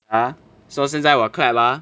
ah so 现在我 clap ah